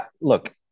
Look